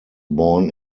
born